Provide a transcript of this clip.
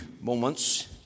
moments